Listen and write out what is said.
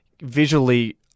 visually